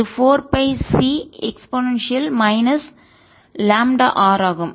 இது 4 பை Ce λr ஆகும்